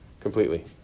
Completely